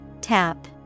Tap